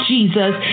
Jesus